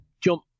jump